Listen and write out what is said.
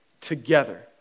together